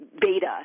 beta